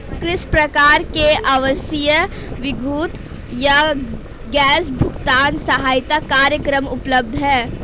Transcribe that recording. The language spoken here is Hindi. किस प्रकार के आवासीय विद्युत या गैस भुगतान सहायता कार्यक्रम उपलब्ध हैं?